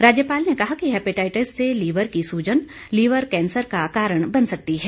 राज्यपाल ने कहा कि हेपेटाइटिस से लीवर की सूजन लीवर कैंसर का कारण बन सकती है